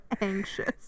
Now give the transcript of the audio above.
anxious